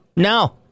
No